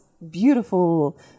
beautiful